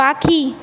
পাখি